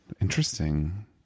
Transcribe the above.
interesting